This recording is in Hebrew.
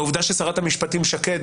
העובדה ששרת המשפטים שקד,